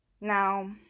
Now